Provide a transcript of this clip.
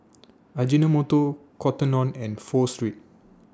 Ajinomoto Cotton on and Pho Street